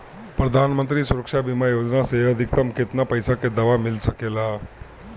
प्रधानमंत्री सुरक्षा बीमा योजना मे अधिक्तम केतना पइसा के दवा मिल सके ला?